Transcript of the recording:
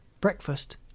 breakfast